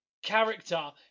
Character